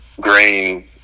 grain